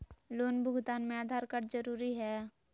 Loan भुगतान में Aadhaar card जरूरी है?